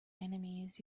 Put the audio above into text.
enemies